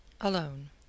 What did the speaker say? alone